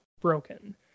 broken